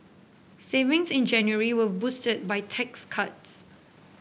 savings in January were boosted by tax cuts